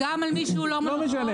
גם על מי שהוא לא מונופול --- לא משנה,